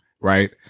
right